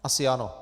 Asi ano.